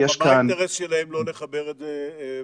מה האינטרס שלהם לא לחבר את זה?